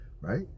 Right